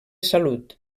salut